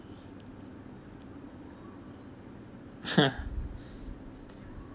ha